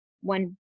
one